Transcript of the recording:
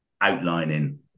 outlining